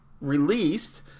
released